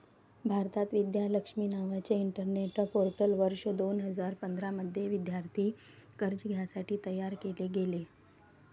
भारतात, विद्या लक्ष्मी नावाचे internet portal वर्ष दोन हजार पंधरा मध्ये विद्यार्थी कर्जासाठी तयार केले गेले